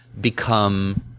become